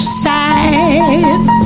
side